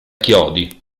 chiodi